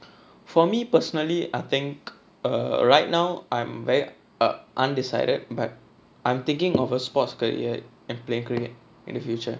for me personally I think uh right now I'm very err undecided but I'm thinking of a sports career and play cricket in the future